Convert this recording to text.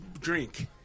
drink